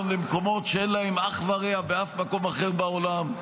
למקומות שאין להם אח ורע באף מקום אחר בעולם,